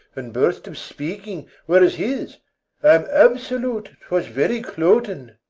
and burst of speaking, were as his. i am absolute twas very cloten.